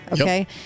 okay